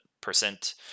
percent